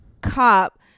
cop